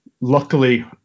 Luckily